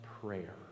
prayer